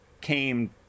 came